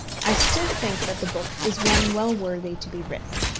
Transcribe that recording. i still think that the book is one well worthy to be written.